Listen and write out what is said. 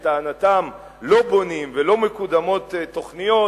לטענתם, לא בונים ולא מקודמות תוכניות,